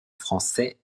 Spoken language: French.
français